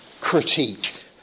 critique